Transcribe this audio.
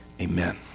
Amen